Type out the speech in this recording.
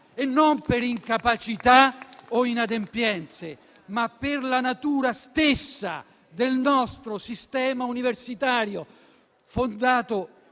e non per incapacità o inadempienze, ma per la natura stessa del nostro sistema universitario, fondato